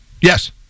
Yes